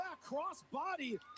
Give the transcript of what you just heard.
cross-body